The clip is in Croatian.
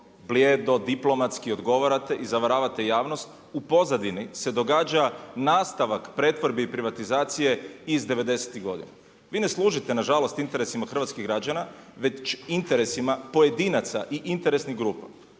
blijedo, diplomatski odgovarate i zavaravate javnost u pozadini se događa nastavak pretvorbi i privatizacije iz devedesetih godina. Vi ne služite nažalost interesima hrvatskih građana, već interesima pojedinaca i interesnih grupa,